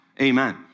amen